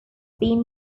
been